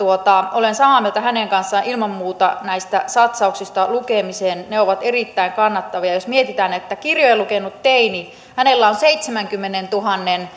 olen samaa mieltä hänen kanssaan ilman muuta näistä satsauksista lukemiseen ne ovat erittäin kannatettavia jos mietitään että kirjoja lukeneella teinillä on seitsemänkymmenentuhannen